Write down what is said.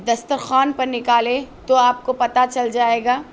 دستر خوان پر نکالے تو آپ کو پتہ چل جائے گا